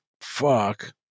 fuck